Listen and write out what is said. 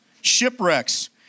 shipwrecks